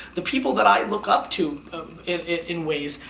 the people that i look up to in ways,